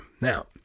Now